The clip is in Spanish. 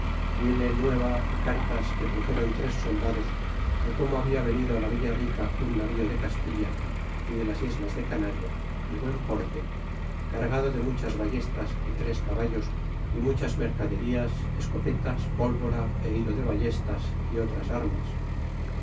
viene nueva y cartas que truxéron tres soldados de como habia venido á la villa rica un navío de castilla y de las islas de canaria de buen porte cargado de nmcbas ballestas y tres caballos a muchas mercaderías escopetas pólvora é hilo de ballestas y otras armas